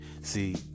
See